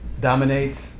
Dominates